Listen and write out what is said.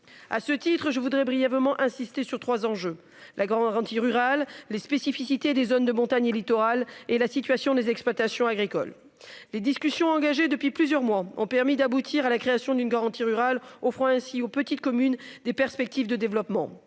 À ce titre je voudrais brièvement insister sur 3 enjeux la grande garantie rural les spécificités des zones de montagne et littoral et la situation des exploitations agricoles. Les discussions engagées depuis plusieurs mois, ont permis d'aboutir à la création d'une garantie rural offrant ainsi aux petites communes des perspectives de développement,